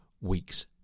weeks